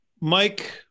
mike